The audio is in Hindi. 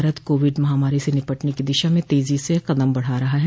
भारत कोविड महामारी से निपटने की दिशा में तेजी से कदम बढ़ा रहा है